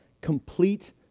complete